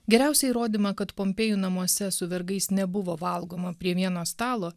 geriausią įrodymą kad pompėjų namuose su vergais nebuvo valgoma prie vieno stalo